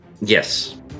Yes